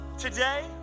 Today